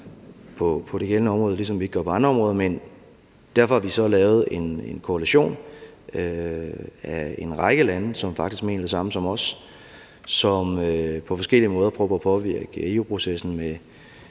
på det gældende område, ligesom vi ikke gør det på andre områder. Derfor har vi så lavet en koalition sammen med en række lande, som faktisk mener det samme som os, og som på forskellige måder prøver at påvirke EU-processen med